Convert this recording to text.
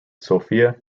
sofia